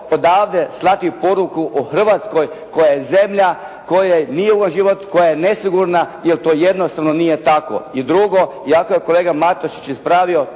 odavde slati poruku o Hrvatskoj koja je zemlja koja … /Govornik se ne razumije./ … život, koja je nesigurna jer to jednostavno nije tako. I drugo, iako je kolega Matušić ispravio